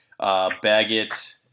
Baggett